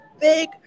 big